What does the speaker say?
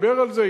דיבר על זה,